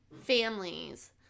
families